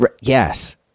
Yes